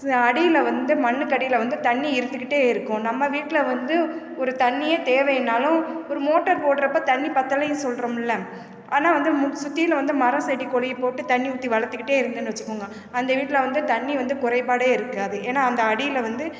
அடியில் வந்து மண்ணுக்கு அடியில் வந்து தண்ணி இருந்துக்கிட்டே இருக்கும் நம்ம வீட்டில வந்து ஒரு தண்ணியே தேவையினாலும் ஒரு மோட்டர் போடுறப்ப தண்ணி பத்தலை சொல்கிறோம்மில்ல ஆனால் வந்து சுற்றிலும் வந்து மரம் செடி கொடியை போட்டு தண்ணி ஊற்றி வளர்த்துக்கிட்டே இருந்தம்னு வச்சிக்கோங்க அந்த வீட்டில வந்து தண்ணி வந்து குறைபாடே இருக்காது ஏன்னா அந்த அடியில வந்து